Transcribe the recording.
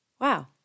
Wow